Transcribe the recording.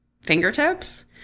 fingertips